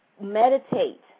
Meditate